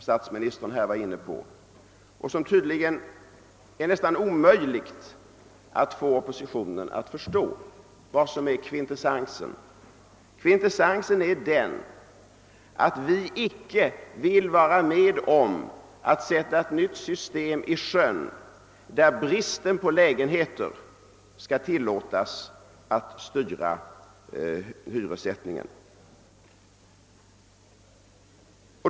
Statsministern berörde saken, men det är tydligen nästan omöjligt att få oppositionen att förstå vad som är kvintessensen. Den är att vi icke vill vara med om att sätta ett nytt system i sjön enligt vilket bristen på lägenheter skall tillåtas att styra hyressättningen.